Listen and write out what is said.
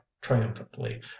triumphantly